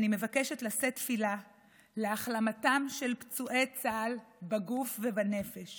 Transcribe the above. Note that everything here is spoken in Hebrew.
אני מבקשת לשאת תפילה להחלמתם של פצועי צה"ל בגוף ובנפש